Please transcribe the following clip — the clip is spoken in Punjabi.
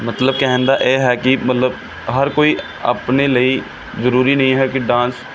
ਮਤਲਬ ਕਹਿਣ ਦਾ ਇਹ ਹੈ ਕਿ ਮਤਲਬ ਹਰ ਕੋਈ ਆਪਣੇ ਲਈ ਜ਼ਰੂਰੀ ਨਹੀਂ ਹੈ ਕਿ ਡਾਂਸ